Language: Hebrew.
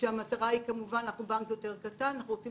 כאשר המטרה אנחנו בנק יותר קטן היא